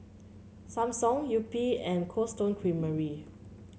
Samsung Yupi and Cold Stone Creamery